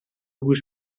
گوش